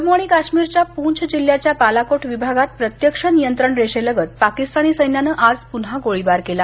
जम्मू काश्मीरच्या पूंछ जिल्ह्याच्या बालाकोट विभागात प्रत्यक्ष नियंत्रण रेषेलगत पाकिस्तानी सैन्यांनं आज पुन्हा गोळीबार केला